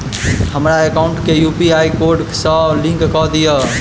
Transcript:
हमरा एकाउंट केँ UPI code सअ लिंक कऽ दिऽ?